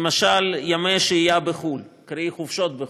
למשל, ימי השהייה בחו"ל, קרי חופשות בחו"ל.